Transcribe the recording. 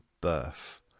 birth